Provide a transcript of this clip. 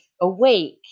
awake